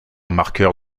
marqueur